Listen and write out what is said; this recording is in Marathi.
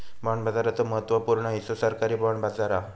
बाँड बाजाराचो महत्त्व पूर्ण हिस्सो सरकारी बाँड बाजार हा